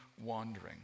wandering